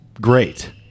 great